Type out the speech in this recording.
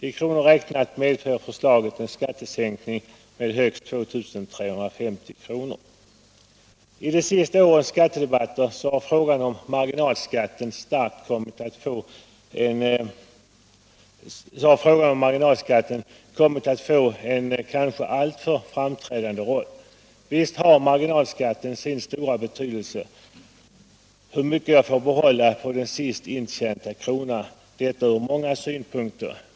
I kronor räknat medför förslaget en skattesänkning med högst 2 350 kr. I de senaste årens skattedebatter har frågan om marginalskatten kommit att få en kanske alltför framträdande roll. Visst har marginalskatten — hur mycket man får behålla av den sist intjänade kronan — sin stora betydelse från många synpunkter.